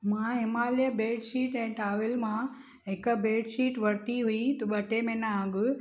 मां हिमालय बैडशीट ए टॉवल मां हिकु बैडशीट वरिती हुई ॿ टे महिना अॻु